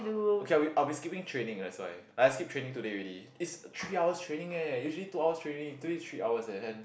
okay I I'll be skipping training that's why I skip training today already it's three hours training eh usually two hours training today is three hours and